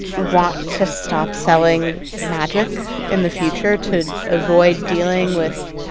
want to stop selling magic in the future to avoid dealing with